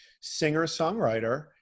singer-songwriter